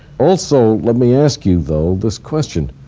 also, let me ask you though this question.